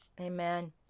amen